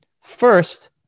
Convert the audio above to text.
First